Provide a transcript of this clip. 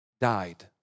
died